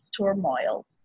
turmoil